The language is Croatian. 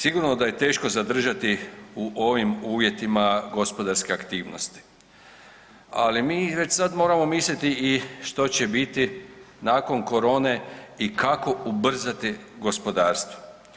Sigurno da je teško zadržati u ovim uvjetima gospodarske aktivnosti, ali mi već sad moramo misliti i što će biti nakon korone i kako ubrzati gospodarstvo.